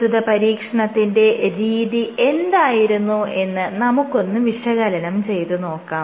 പ്രസ്തുത പരീക്ഷണത്തിന്റെ രീതി എന്തായിരുന്നു എന്ന് നമുക്കൊന്ന് വിശകലനം ചെയ്തുനോക്കാം